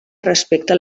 respecte